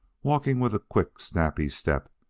walking with a quick, snappy step,